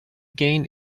gain